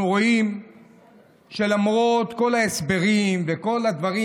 אנחנו רואים שלמרות כל ההסברים וכל הדברים